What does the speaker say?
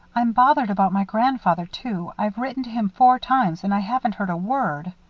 i'm bothered about my grandfather, too. i've written to him four times and i haven't heard a word.